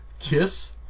Kiss